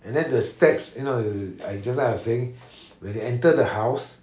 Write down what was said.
and then the steps you know I I just now I was saying when they enter the house